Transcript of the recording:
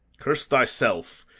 curse thyself,